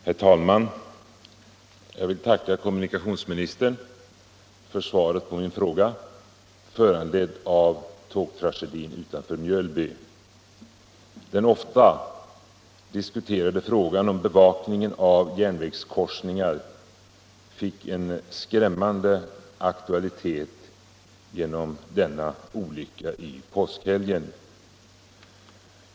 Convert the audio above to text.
Herr talman! Jag vill tacka kommunikationsministern för svaret på min fråga, föranledd av tågtragedin utanför Mjölby. Den ofta diskuterade frågan om bevakningen av järnvägskorsningar fick en skrämmande aktualitet genom denna olycka i påskhelgen.